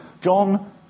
John